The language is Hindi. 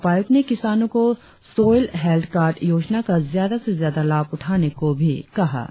जिला उपायुक्त ने किसानों को सोयल हेल्थ कार्ड योजना का ज्यादा से ज्यादा लाभ उठाने को भी कहा